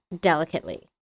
delicately